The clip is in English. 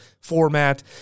format